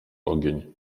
ogień